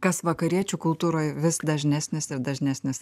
kas vakariečių kultūroje vis dažnesnis ir dažnesnis